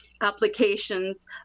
applications